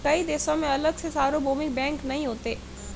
कई देशों में अलग से सार्वभौमिक बैंक नहीं होते